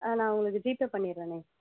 ஆ நான் உங்களுக்கு ஜிபே பண்ணிடுறனே